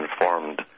informed